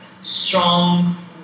strong